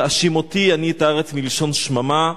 "והשִמֹתי אני את הארץ" מלשון שממה,